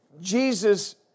Jesus